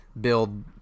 build